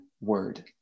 word